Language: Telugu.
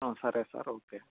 సరే సార్ ఓకే